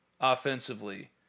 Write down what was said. offensively